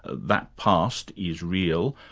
that past is real,